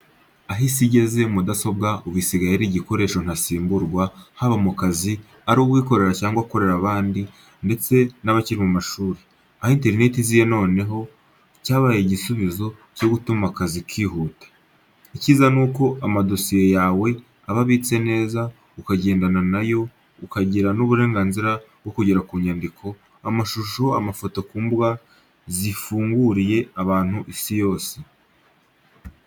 Aho isi igeze, mudasobwa ubu isigaye ari igikoresho ntasimburwa haba mu kazi, ari uwikorera cyangwa ukorera abandi ndetse n'abakiri mu mashuri. Aho interneti yaziye noneho cyabaye igisubizo cyo gutuma akazi kihuta. Icyiza nuko amadosiye yawe aba abitse neza ukagendana na yo, ukagira n'uburenganzira bwo kugera ku nyandiko, amashusho, amafoto ku mbuga zifunguriye abatuye isi bose.